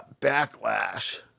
backlash